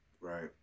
Right